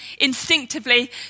instinctively